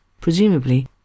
presumably